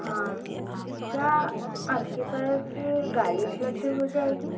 हाँ क्या आपके पास गाड़ी उपलब्ध हो जाएगी